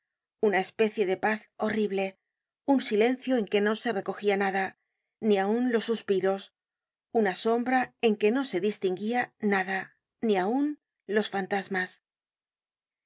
una especie de paz horrible un silencio en que no se recogía nada ni aun los suspiros una sombra en que no se distinguía nada ni aun los fantasmas